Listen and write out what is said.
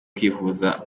kwivuza